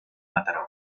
mataró